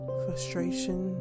frustration